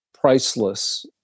priceless